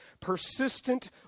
Persistent